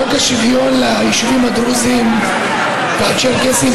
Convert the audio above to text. חוק השוויון ליישובים הדרוזיים והצ'רקסיים,